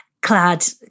clad